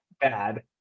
bad